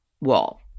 wall